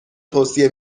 توصیه